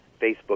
Facebook